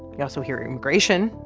you also hear immigration,